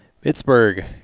Pittsburgh